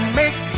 make